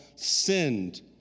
Sinned